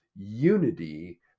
unity